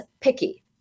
picky